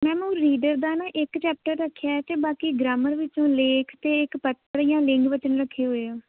ma'am ਉਹ reader ਦਾ ਨਾ ਇੱਕ ਚੈਪਟਰ ਰੱਖਿਆ ਅਤੇ ਬਾਕੀ ਗਰਾਮਰ ਵਿੱਚੋਂ ਲੇਖ ਅਤੇ ਇੱਕ ਲਿੰਗ ਵਚਨ ਰੱਖੇ ਹੋਏ ਆ